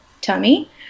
tummy